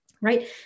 right